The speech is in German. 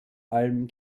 allem